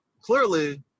Clearly